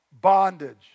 bondage